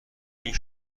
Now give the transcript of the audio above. این